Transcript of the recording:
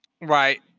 Right